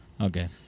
Okay